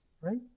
Right